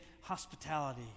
hospitality